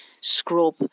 scrub